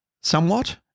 somewhat